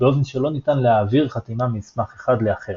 באופן שלא ניתן "להעביר" חתימה ממסמך אחד לאחר.